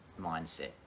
mindset